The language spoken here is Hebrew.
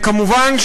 כמובן,